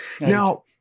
Now